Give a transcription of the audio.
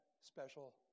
special